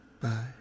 Bye